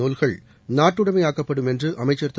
நூல்கள் நாட்டுடமையாக்கப்படும் என்று அமைச்சர் திரு